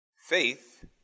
Faith